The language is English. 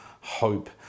Hope